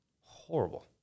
Horrible